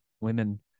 women